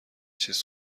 چیز